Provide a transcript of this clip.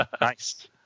Nice